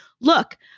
look